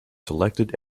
selected